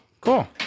Cool